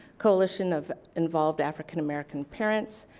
coalition of involved african american parents.